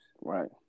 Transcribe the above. Right